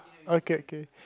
okay okay